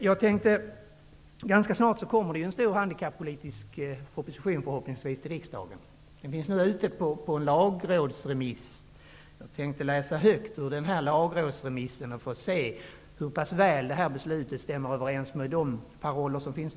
Förhoppningsvis ganska snart kommer det en stor handikappolitisk proposition till riksdagen. Den är nu remitterad till lagrådet, och jag vill läsa högt ur lagrådsremissen för att se hur väl detta beslut stämmer överens med parollerna i den.